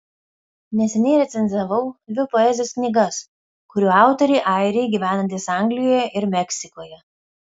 neseniai recenzavau dvi poezijos knygas kurių autoriai airiai gyvenantys anglijoje ir meksikoje